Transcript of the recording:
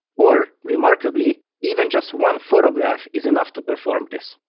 or remarkably, even just one photograph is enough to perform this.